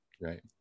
Right